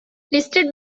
listed